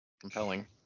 Compelling